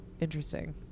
interesting